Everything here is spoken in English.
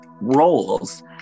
roles